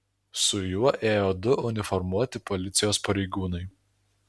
su juo ėjo du uniformuoti policijos pareigūnai